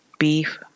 Beef